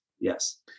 Yes